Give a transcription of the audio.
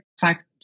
fact